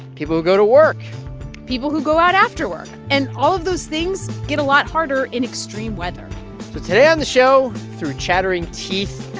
people who go to work people who go out after work. and all of those things get a lot harder in extreme weather but today on the show, through chattering teeth,